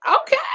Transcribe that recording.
Okay